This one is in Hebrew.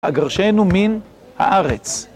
אגרשנו מן הארץ.